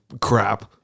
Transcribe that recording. crap